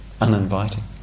uninviting